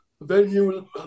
venue